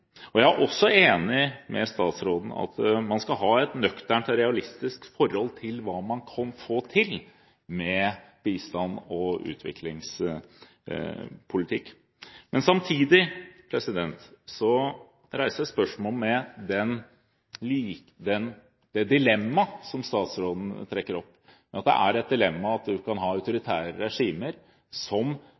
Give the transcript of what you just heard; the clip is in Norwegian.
Jeg er enig med statsråden i at man skal ha et nøkternt og realistisk forhold til hva man kan få til med bistands- og utviklingspolitikk. Samtidig reiser jeg spørsmål om det dilemmaet statsråden trekker fram, at man kan ha autoritære regimer som legger vekt på sosiale rettigheter, fattigdomsbekjempelse og utvikling på det